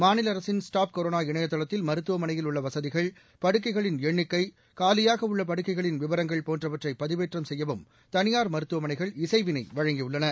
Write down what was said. மாநிலஅரசின் stop corona இணையதளத்தில் மருத்துவமனையில் உள்ளவசதிகள் படுக்கைகளின் எண்ணிக்கை காலியாகஉள்ளபடுக்கைகளின் விவரங்கள் போன்றவற்றைபதிவேற்றம் செய்யவும் தனியர் மருத்துவமனைகள் இசைவினைவழங்கியுள்ளன